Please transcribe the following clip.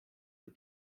für